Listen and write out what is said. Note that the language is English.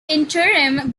interim